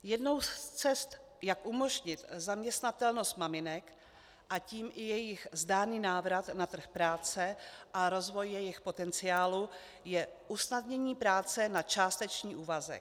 Jednou z cest, jak umožnit zaměstnatelnost maminek, a tím i jejich zdárný návrat na trh práce a rozvoj jejich potenciálu je usnadnění práce na částečný úvazek.